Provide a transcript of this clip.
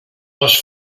les